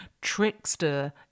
trickster